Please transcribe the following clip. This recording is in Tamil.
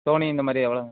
சோனி இந்த மாதிரி எவ்வளோங்க